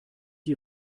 die